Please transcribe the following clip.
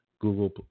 Google